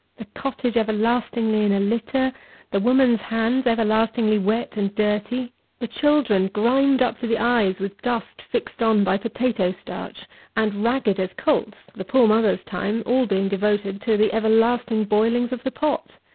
the cottage everlastingly in a litter the woman's hands everlastingly wet and dirty the children grimed up to the eyes with dust fixed on by potato-starch and ragged as colts, the poor mother's time all being devoted to the everlasting boilings of the pot!